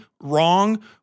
Wrong